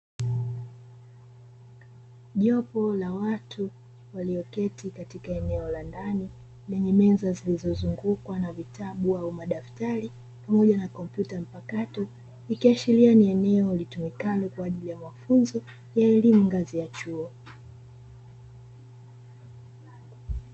Jopo la watu walioketi katika eneo la ndani lenye meza zilizongukwa na vitabu au madaftari pamoja na kompyuta mpakato, ikiashiria ni eneo litumikalo kwa ajili ya mafunzo ya elimu ngazi ya chuo.